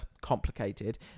complicated